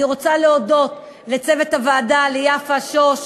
אני רוצה להודות לצוות הוועדה, ליפה, שוש,